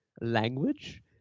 language